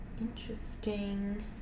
Interesting